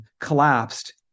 collapsed